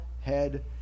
head